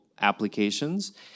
applications